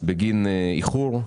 בגין איחור.